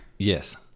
Yes